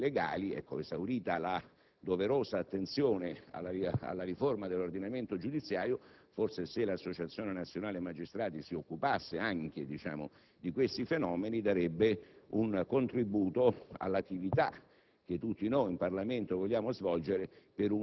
di magistrati in attività non propriamente legali; ecco se forse, esaurita la doverosa attenzione alla riforma dell'ordinamento giudiziario, l'Associazione nazionale magistrati si occupasse anche di questi fenomeni, darebbe un contributo all'attività